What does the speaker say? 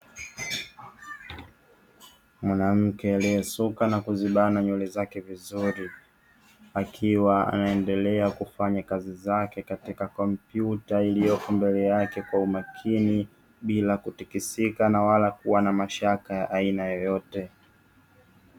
Mwanamke aliyesuka na kuzibana nywele zake vizuri, akiwa anaendelea kufanya kazi zake katika kompyuta iliyopo mbele yake kwa umakini, bila kutikisika na wala kuwa na mashaka ya aina yoyote.